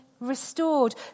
restored